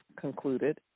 concluded